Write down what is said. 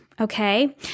okay